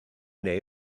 neu